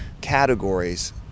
categories